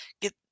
get